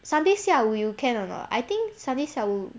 sunday 下午 you can or not I think sunday 下午